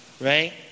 right